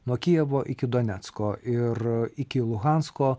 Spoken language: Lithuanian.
nuo kijevo iki donecko ir iki luhansko